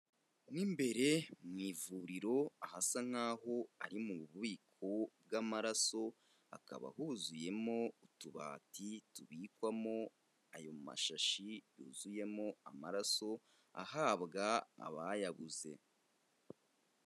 Mo imbere mu ivuriro, ahasa nkaho ari mu bubiko bw'amaraso, hakaba huzuyemo utubati tubikwamo ayo mashashi yuzuyemo amaraso ahabwa abayabuze.